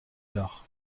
tard